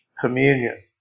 communion